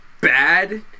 bad